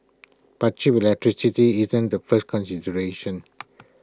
but cheap electricity isn't the first consideration